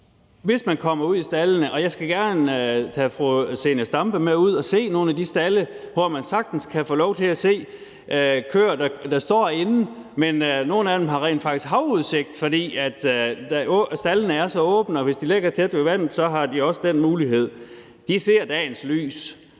Hvis man kommer ud i staldene – og jeg skal gerne tage fru Zenia Stampe med ud at se nogle af de stalde – kan man sagtens få lov til at se køer, der står inde, men nogle af dem har rent faktisk havudsigt, fordi staldene er så åbne, og hvis de ligger tæt ved vandet, har de også den mulighed. De ser dagens lys,